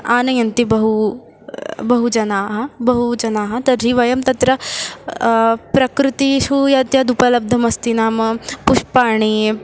आनयन्ति बहु बहु जनाः बहु जनाः तर्हि वयं तत्र प्रकृतिषु यद् उपलब्धमस्ति नाम पुष्पाणि